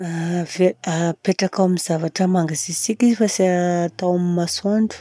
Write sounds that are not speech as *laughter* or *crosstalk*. *hesitation* Apetrakao amin'ny zavatra mangatsiatsiaka izy fa tsy atao amin'ny masoandro.